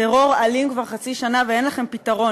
טרור אלים כבר חצי שנה, ואין להם פתרון.